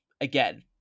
again